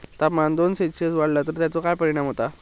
तापमान दोन सेल्सिअस वाढला तर तेचो काय परिणाम होता?